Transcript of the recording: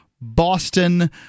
Boston